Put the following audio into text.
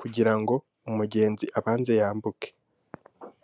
kugira ngo umugenzi abanze yambuke.